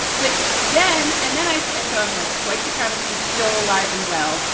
but then and then i said, so i'm like white supremacy still alive and well.